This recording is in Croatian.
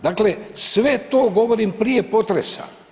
Dakle, sve to govorim prije potresa.